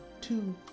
two